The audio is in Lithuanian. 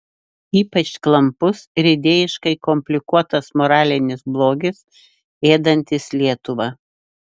ypač klampus ir idėjiškai komplikuotas moralinis blogis ėdantis lietuvą